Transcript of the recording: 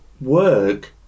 work